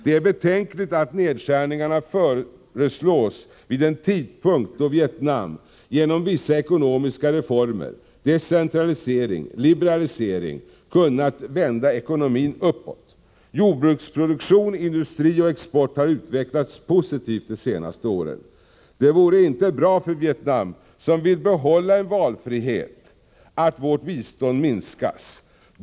Det är betänkligt att nedskärningarna föreslås vid en tidpunkt då Vietnam genom vissa ekonomiska reformer, decentralisering och liberalisering kunnat vända ekonomin uppåt. Jordbruksproduktion, industri och export har utvecklats positivt de senaste åren. Det vore inte bra för Vietnam — som vill behålla en valfrihet — att vårt bistånd minskas.